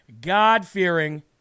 God-fearing